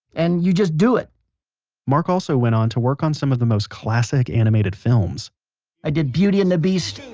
and you just do it mark also went on to work on some of the most classic animated films i did beauty and the beast,